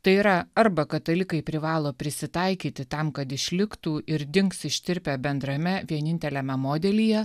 tai yra arba katalikai privalo prisitaikyti tam kad išliktų ir dings ištirpę bendrame vieninteliame modelyje